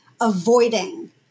avoiding